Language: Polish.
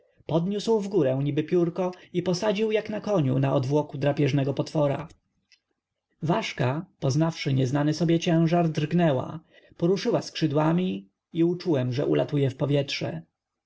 podniósł w górę niby piórko i posadził jak na koniu na odwłoku drapieżnego potwora ważka poczuwszy nieznany sobie ciężar drgnęła poruszyła skrzydłami i uczułem że ulatuje w powietrze